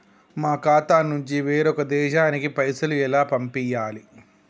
మా ఖాతా నుంచి వేరొక దేశానికి పైసలు ఎలా పంపియ్యాలి?